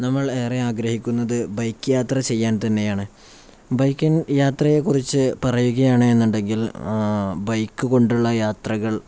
നമ്മൾ ഏറെ ആഗ്രഹിക്കുന്നത് ബൈക്ക് യാത്ര ചെയ്യാൻ തന്നെയാണ് ബൈക്ക് യാത്രയെക്കുറിച്ച് പറയുകയാണെന്നുണ്ടെങ്കിൽ ബൈക്ക് കൊണ്ടുള്ള യാത്രകൾ